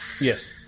Yes